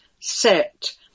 set